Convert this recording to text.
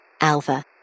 Alpha